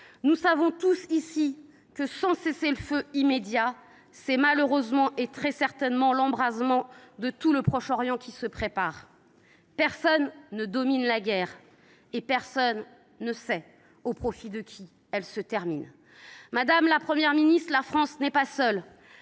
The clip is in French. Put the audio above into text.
Nous savons tous ici que, sans cessez le feu immédiat, c’est malheureusement l’embrasement de tout Proche Orient qui se prépare, très certainement. Personne ne domine la guerre et personne ne sait au profit de qui elle se termine. Madame la Première ministre, la France n’est pas seule